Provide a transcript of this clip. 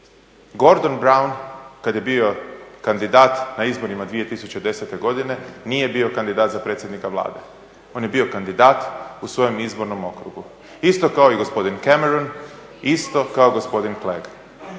Gordon Brown kada je bio kandidat na izborima 2010. godine nije bio kandidat za predsjednika Vlade, on je bio kandidat u svojem izbornom okrugu. Isto kao i gospodin Cameron, isto kao gospodin